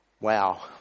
wow